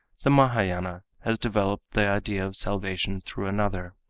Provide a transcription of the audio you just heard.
the mahayana has developed the idea of salvation through another.